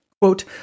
Quote